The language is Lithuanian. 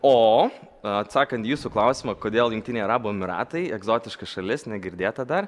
o atsakant į jūsų klausimą kodėl jungtiniai arabų emiratai egzotiška šalis negirdėta dar